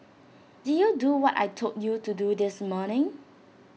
did you do what I Told you to do this morning